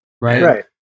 Right